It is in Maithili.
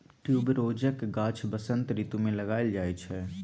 ट्युबरोजक गाछ बसंत रितु मे लगाएल जाइ छै